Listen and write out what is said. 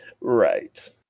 Right